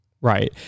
Right